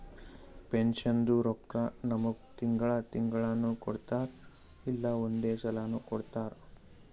ಪೆನ್ಷನ್ದು ರೊಕ್ಕಾ ನಮ್ಮುಗ್ ತಿಂಗಳಾ ತಿಂಗಳನೂ ಕೊಡ್ತಾರ್ ಇಲ್ಲಾ ಒಂದೇ ಸಲಾನೂ ಕೊಡ್ತಾರ್